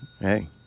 Hey